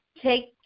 take